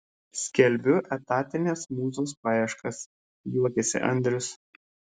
skelbiu etatinės mūzos paieškas juokiasi andrius